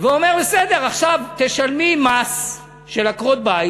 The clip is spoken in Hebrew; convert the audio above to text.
ואומר: בסדר, עכשיו תשלמי מס של עקרות-בית,